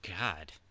God